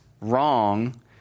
wrong